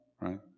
right